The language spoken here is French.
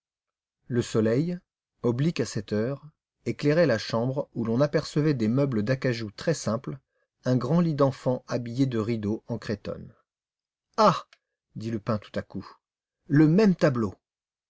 le soleil oblique à cette heure éclairait la chambre où l'on apercevait des meubles d'acajou très simples un grand lit d'enfant habillé de rideaux en cretonne ah dit lupin tout à coup le même tableau